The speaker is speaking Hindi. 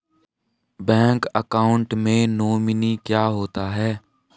बैंक अकाउंट में नोमिनी क्या होता है?